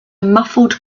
muffled